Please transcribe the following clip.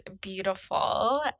beautiful